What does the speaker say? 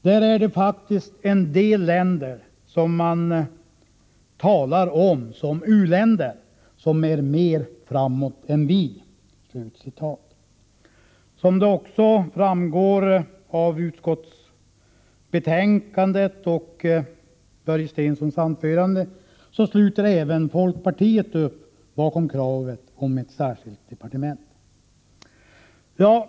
Där är det faktiskt en del länder som man talar om som u-länder som är mer framåt än vi.” Som också framgår av utskottsbetänkandet och av Börje Stenssons anförande sluter även folkpartiet upp bakom kravet på ett särskilt departement.